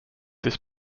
this